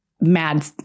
mad